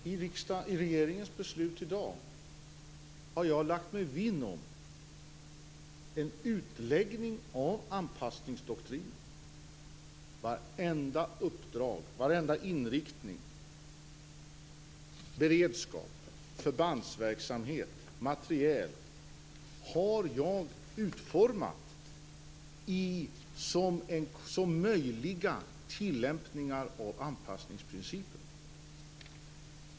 Fru talman! I dagens regeringsbeslut har jag lagt mig vinn om en utläggning av anpassningsdoktrinen. Varenda uppdrag och varenda inriktning vad gäller beredskap, förbandsverksamhet och materiel har jag utformat som möjliga tillämpningar av anpassningsprincipen.